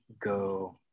go